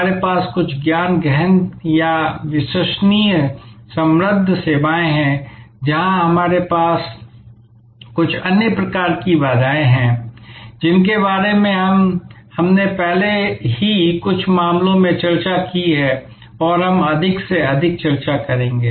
हमारे पास कुछ ज्ञान गहन या विश्वसनीय समृद्ध सेवाएं हैं जहां हमारे पास कुछ अन्य प्रकार की बाधाएं हैं जिनके बारे में हमने पहले ही कुछ मामलों में चर्चा की है और हम अधिक से अधिक चर्चा करेंगे